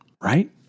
right